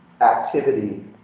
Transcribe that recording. activity